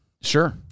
Sure